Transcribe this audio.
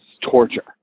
torture